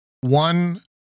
one